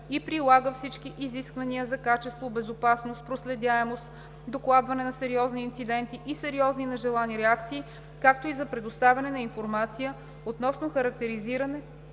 и прилага всички изисквания за качество, безопасност, проследяемост, докладване на сериозни инциденти и сериозни нежелани реакции, както и за предоставяне на информацията относно характеризиране